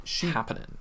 happening